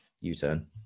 u-turn